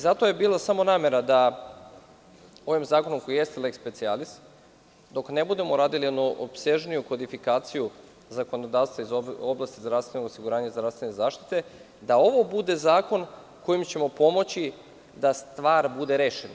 Zato je bila samo namera da ovim zakonom koji jeste leks specijalis, dok ne budemo uradili jednu opsežniju kodifikaciju zakonodavstva iz oblasti zdravstvenog osiguranja zdravstvene zaštite da ovo bude zakon kojim ćemo pomoći da stvar bude rešena.